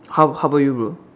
how how about you bro